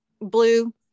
blue